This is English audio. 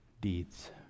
deeds